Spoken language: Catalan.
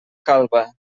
calba